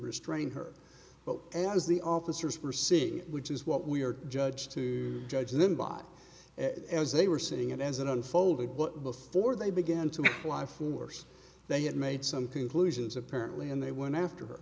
restrain her but as the officers were saying which is what we are judge to judge and then bought as they were saying it as it unfolded but before they began to fly force they had made some conclusions apparently and they went after